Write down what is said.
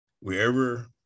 wherever